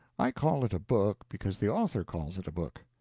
i call it a book because the author calls it a book,